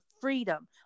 freedom